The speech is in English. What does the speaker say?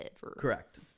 Correct